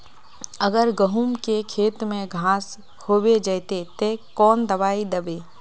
अगर गहुम के खेत में घांस होबे जयते ते कौन दबाई दबे?